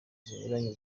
zinyuranye